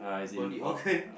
body organ